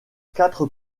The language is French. quatre